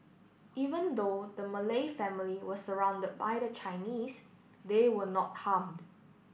even though the Malay family was surrounded by the Chinese they were not harmed